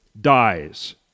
dies